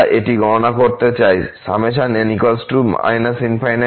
আমরা এটি গণনা করতে চাই